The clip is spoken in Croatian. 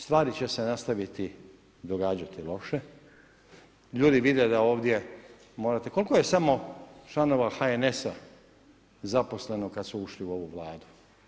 Stvari će se nastaviti događati loše, ljudi vide da ovdje morate, koliko je samo članova HNS-a zaposleno kada su ušli u ovu Vladu?